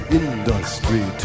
industry